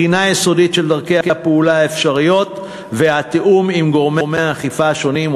בחינה יסודית של דרכי הפעולה האפשריות והתיאום עם גורמי האכיפה השונים,